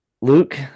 Luke